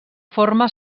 forma